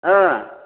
ओ